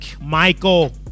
Michael